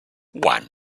one